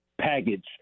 package